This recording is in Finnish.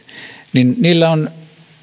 niin niillä on